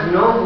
no